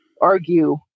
argue